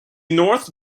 north